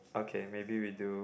okay maybe we do